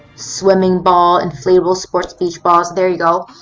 swimming ball, inflatable sports beach ball, so there you go.